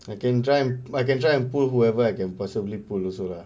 you can try I can try and pull whoever I can possibly pull also lah